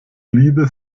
liebe